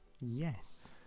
yes